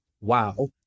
wow